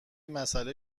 مسئله